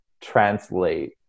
translate